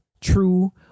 true